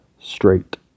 straight